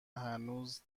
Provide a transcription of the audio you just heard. هنوز